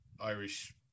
Irish